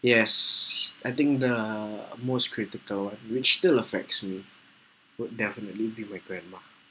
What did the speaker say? yes I think the most critical which still affects me would definitely be my grandma